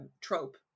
trope